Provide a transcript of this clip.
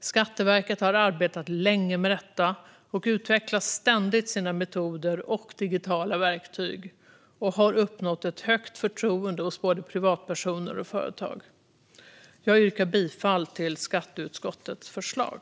Skatteverket har arbetat länge med detta och utvecklar ständigt sina metoder och digitala verktyg, och man har uppnått ett högt förtroende hos både privatpersoner och företag. Jag yrkar bifall till skatteutskottets förslag.